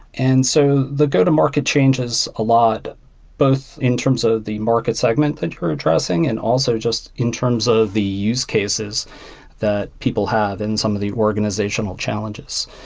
and so the go-to-market changes a lot both in terms of the market segment that you're addressing and also just in terms of the use cases that people have in some of the organizational challenges.